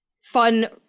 fun